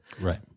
right